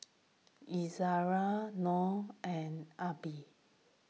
Izzara Noh and Aqilah